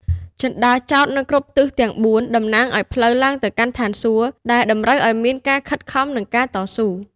ជណ្តើរចោតនៅគ្រប់ទិសទាំងបួន តំណាងឱ្យផ្លូវឡើងទៅកាន់ឋានសួគ៌ ដែលតម្រូវឱ្យមានការខិតខំ និងការតស៊ូ។